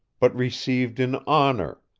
but received in honor,